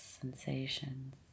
sensations